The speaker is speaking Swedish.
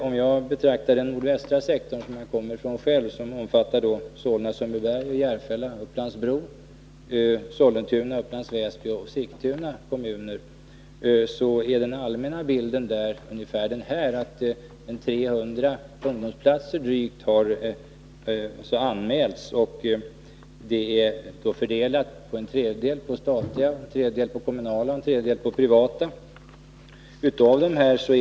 Om jag betraktar den nordvästra sektorn, som jag själv kommer från och som omfattar Solna, Sundbyberg, Järfälla, Upplands Bro, Sollentuna, Upplands Väsby och Sigtuna kommuner, finner jag att den allmänna bilden är att drygt 300 ungdomsplatser har anmälts. De är fördelade med en tredjedel på statliga, en tredjedel på kommunala och en tredjedel på privata arbetsplatser.